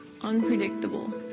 Unpredictable